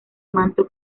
manto